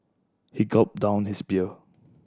he gulped down his beer